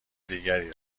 دیگری